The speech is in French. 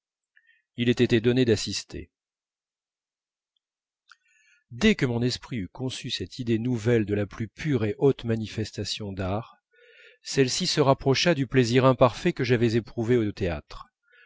il ait été donné d'assister dès que mon esprit eut conçu cette idée nouvelle de la plus pure et haute manifestation d'art celle-ci se rapprocha du plaisir imparfait que j'avais éprouvé au théâtre